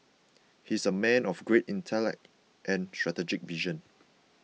he is a man of great intellect and strategic vision